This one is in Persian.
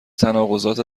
تناقضات